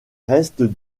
restes